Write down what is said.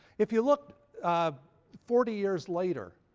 if you look forty years later,